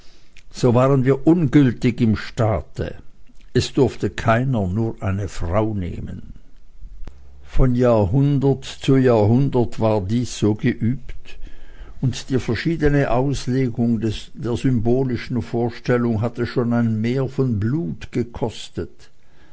so waren wir ungültig im staate und es durfte keiner nur eine frau nehmen von jahrhundert zu jahrhundert war dies so geübt und die verschiedene auslegung der symbolischen vorstellung hatte schon ein meer von blut gekostet